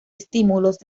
estímulos